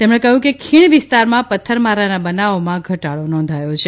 તેમણે કહ્યું કે ખીણ વિસ્તારમાં પત્થરમારાના બનાવોમાં ઘટાડો નોંધાયો છે